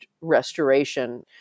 restoration